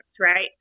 right